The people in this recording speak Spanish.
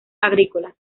agrícolas